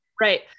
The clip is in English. Right